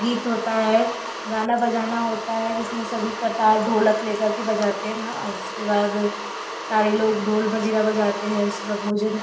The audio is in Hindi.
गीत होता है गाना बजाना होता है जिसमें सभी करतार ढोलक ले कर के बजाते हैं और उसके बाद सारे लोग ढोल मजीरा बजाते हैं उसके बाद भोजन